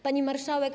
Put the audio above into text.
Pani Marszałek!